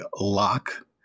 lock